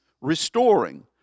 restoring